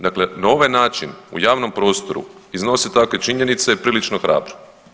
Dakle, na ovaj način u javnom prostoru, iznositi takve činjenice je prilično hrabro.